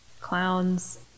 clowns